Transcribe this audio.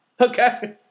okay